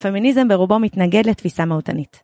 פמיניזם ברובו מתנגד לתפיסה מרדנית.